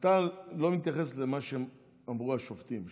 אתה לא מתייחס למה שאמרו השופטים,